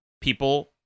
people